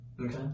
okay